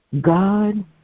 God